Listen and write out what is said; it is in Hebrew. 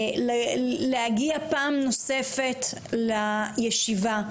להגיע פעם נוספת לישיבה,